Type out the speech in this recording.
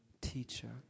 teacher